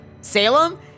Salem